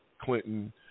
Clinton